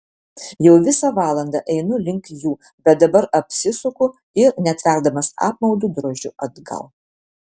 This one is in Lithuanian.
jau visą valandą einu link jų bet dabar apsisuku ir netverdamas apmaudu drožiu atgal